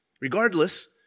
Regardless